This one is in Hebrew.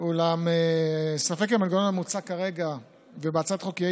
אולם ספק אם המנגנון המוצע כרגע בהצעת החוק יהיה